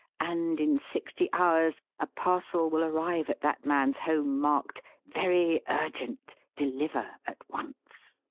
and in sixty hours a. parcel will arrive at that man's home marked very urgent. de liver at once.